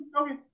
okay